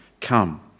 come